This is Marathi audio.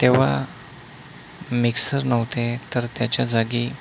तेव्हा मिक्सर नव्हते तर त्याच्या जागी